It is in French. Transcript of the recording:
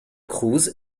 cruz